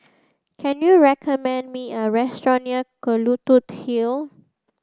can you recommend me a restaurant near Kelulut Hill